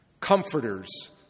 Comforters